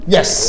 Yes